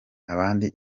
abandi